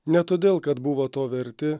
ne todėl kad buvo to verti